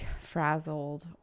frazzled